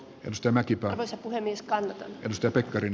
ristimäki kaavassa puhemies kalevi kivistö beckerin